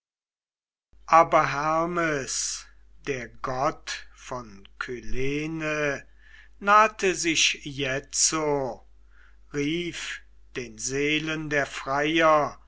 aber hermes der gott von kyllene nahte sich jetzo rief den seelen der freier